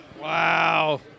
wow